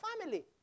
family